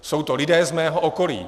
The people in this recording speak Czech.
Jsou to lidé z mého okolí.